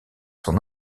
son